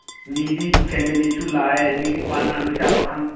ꯃꯤꯗꯤ ꯐꯦꯃꯤꯂꯤꯁꯨ ꯂꯥꯛꯑꯦ ꯃꯤꯗꯤ ꯄꯥꯔꯠꯅꯔ ꯂꯩꯁꯥ ꯄꯥꯈꯪ